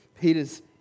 Peter's